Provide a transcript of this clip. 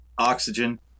oxygen